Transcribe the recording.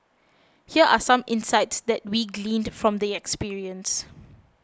here are some insights that we gleaned from the experience